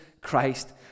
Christ